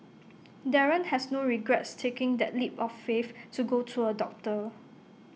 Darren has no regrets taking that leap of faith to go to A doctor